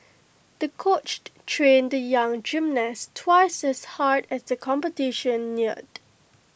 the coach trained the young gymnast twice as hard as the competition neared